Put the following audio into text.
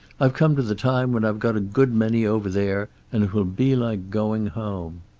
i've come to the time when i've got a good many over there, and it will be like going home.